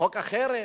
חוק החרם.